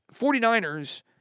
49ers